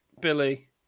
Billy